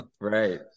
right